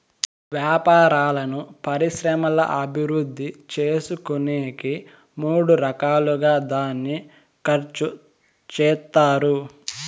వ్యాపారాలను పరిశ్రమల అభివృద్ధి చేసుకునేకి మూడు రకాలుగా దాన్ని ఖర్చు చేత్తారు